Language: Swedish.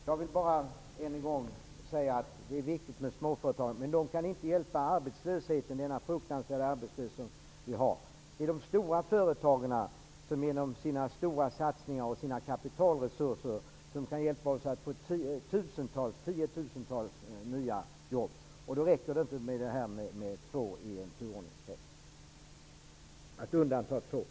Fru talman! Jag vill bara än en gång säga att småföretagen är viktiga, men de kan inte göra något åt den fruktansvärda arbetslösheten. Det är de stora företagen som genom sina stora satsningar och sina kapitalresurser kan hjälpa oss att skapa tiotusentals nya jobb. Då räcker det inte att man får undanta två anställda i en turordningskrets.